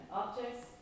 objects